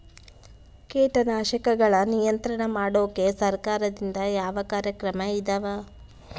ಕೇಟನಾಶಕಗಳ ನಿಯಂತ್ರಣ ಮಾಡೋಕೆ ಸರಕಾರದಿಂದ ಯಾವ ಕಾರ್ಯಕ್ರಮ ಇದಾವ?